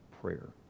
prayer